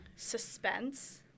suspense